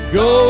go